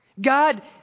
God